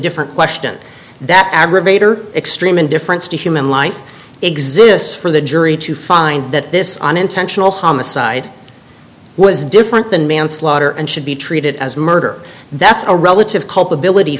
different question that aggravator extreme indifference to human life exists for the jury to find that this unintentional homicide was different than manslaughter and should be treated as murder that's a relative culpability